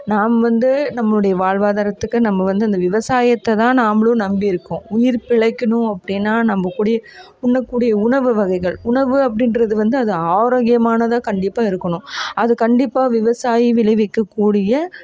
நாம் வந்து நம்முடைய வாழ்வாதாரத்துக்கு நம்ம வந்து அந்த விவசாயத்தை தான் நாமளும் நம்பியிருக்கோம் உயிர் பிழைக்கணும் அப்படின்னா நம்பகூடயே உண்ணக்கூடிய உணவுவகைகள் உணவு அப்படின்றது வந்து அது ஆரோக்கியமானதாக கண்டிப்பாக இருக்கணும் அது கண்டிப்பாக விவசாயி விளைவிக்கக்கூடிய